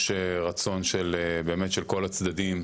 יש רצון באמת של כל הצדדים,